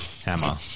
Hammer